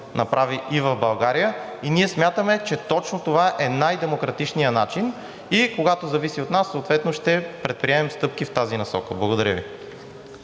направи и в България и ние смятаме, че точно това е най демократичният начин и когато зависи от нас, съответно ще предприемем стъпки в тази насока. Благодаря Ви.